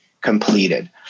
completed